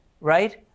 right